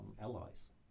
allies